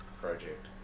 project